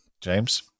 James